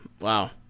wow